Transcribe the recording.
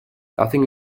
nothing